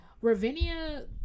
ravinia